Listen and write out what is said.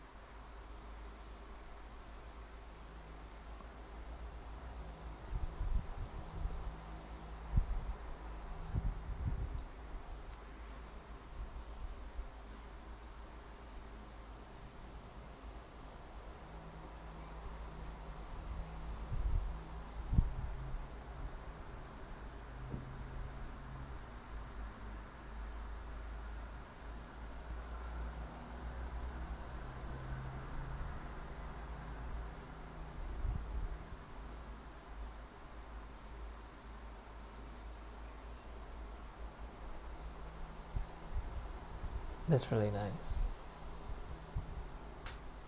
that's really nice